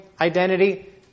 identity